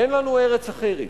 אין לנו ארץ אחרת,